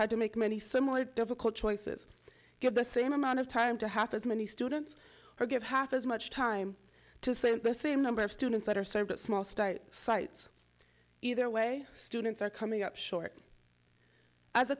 had to make many similar difficult choices give the same amount of time to half as many students or give half as much time to same the same number of students that are served at small start sites either way students are coming up short as a